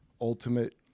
ultimate